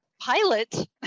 pilot